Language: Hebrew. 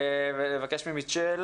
ואבקש ממישל